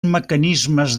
mecanismes